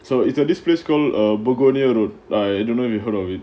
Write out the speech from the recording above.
so it's the display skull a begonia road I don't know have you heard of it